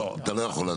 לא, אתה לא יכול להתנות.